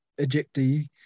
ejectee